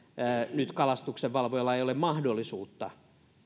nyt kalastuksenvalvojalla ei ole mahdollisuutta